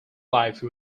life